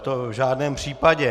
To v žádném případě.